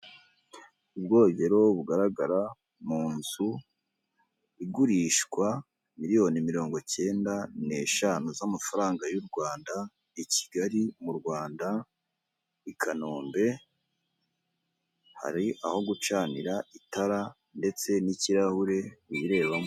Ubwogero bugaragara mu nzu igurishwa miliyoni mirongo ikenda n'eshanu z'amafaranga y'u Rwanda i Kigali mu Rwanda i Kanombe, hari aho gucanira itara ndetse n'ikirahure wirebamo.